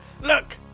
look